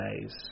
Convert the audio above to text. days